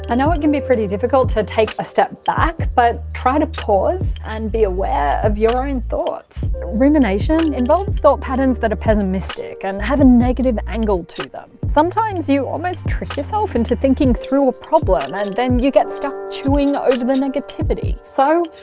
and it can be difficult to take a step back, but try to pause and be aware of your own thoughts. rumination involves thought patterns that are pessimistic and have a negative angle to them. sometimes you almost trick yourself into thinking through a problem and then you get stuck chewing over the negativity. so,